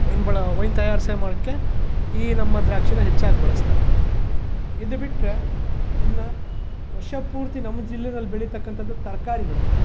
wine ಭಾಳ wine ತಯಾರಿಸಿ ಮಾಡೋಕೆ ಈ ನಮ್ಮ ದ್ರಾಕ್ಷಿನ ಹೆಚ್ಚಾಗಿ ಬಳಸ್ತಾರೆ ಇದು ಬಿಟ್ಟರೆ ಇನ್ನು ವರ್ಷ ಪೂರ್ತಿ ನಮ್ಮ ಜಿಲ್ಲೆಯಲ್ಲಿ ಬೆಳೀತಕ್ಕಂಥದ್ದು ತರಕಾರಿಗಳು